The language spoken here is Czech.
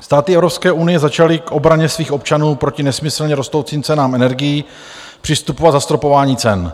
Státy Evropské unie začaly k obraně svých občanů proti nesmyslně rostoucím cenám energií přistupovat k zastropování cen.